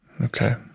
Okay